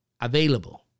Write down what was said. available